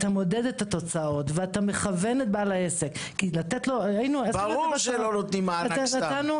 מודד את התוצאות ומכוון את בעל העסק --- ברור שלא נותנים מענק סתם.